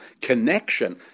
connection